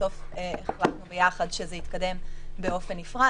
בסוף החלטנו ביחד שזה יתקדם באופן נפרד,